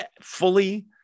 fully